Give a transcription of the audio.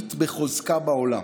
הרביעית בחוזקה בעולם.